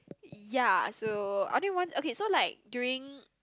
ya so I only want okay so like during